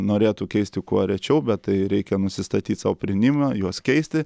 norėtų keisti kuo rečiau bet tai reikia nusistatyt sau prinimą juos keisti